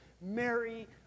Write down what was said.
Mary